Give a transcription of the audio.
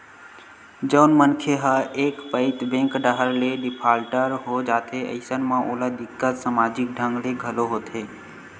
जउन मनखे ह एक पइत बेंक डाहर ले डिफाल्टर हो जाथे अइसन म ओला दिक्कत समाजिक ढंग ले घलो होथे